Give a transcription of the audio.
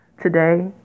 today